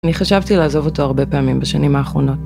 אני חשבתי לעזוב אותו הרבה פעמים בשנים האחרונות.